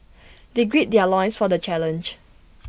they greed their loins for the challenge